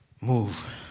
Move